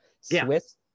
swiss